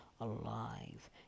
alive